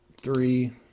three